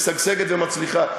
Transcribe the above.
משגשגת ומצליחה.